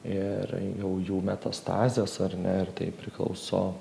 ir jau jų metastazės ar ne ir tai priklauso